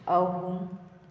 ꯑꯍꯨꯝ